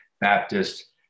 Baptist